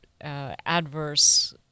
adverse